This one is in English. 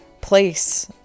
place